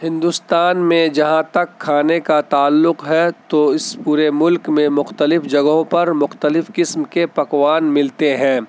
ہندوستان میں جہاں تک کھانے کا تعلق ہے تو اس پورے ملک میں مختلف جگہوں پر مختلف قسم کے پکوان ملتے ہیں